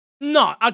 No